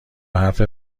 حرف